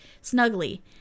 Snugly